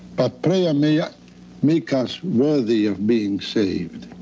but prayer may ah make us worthy of being saved.